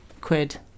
quid